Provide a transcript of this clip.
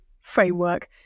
framework